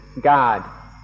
god